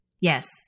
Yes